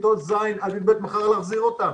כיתות ז' עד י"ב מחר להחזיר אותם.